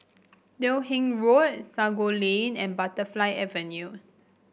Teo Hong Road Sago Lane and Butterfly Avenue